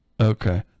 Okay